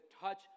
touch